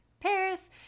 Paris